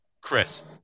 Chris